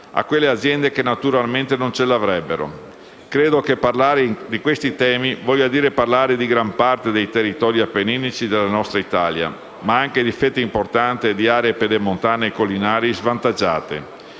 a quelle aziende che naturalmente non ce l'avrebbero. Credo che parlare di questi temi voglia dire parlare di gran parte dei territori appenninici della nostra Italia, ma anche di fette importanti di aree pedemontane e collinari svantaggiate;